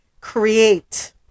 create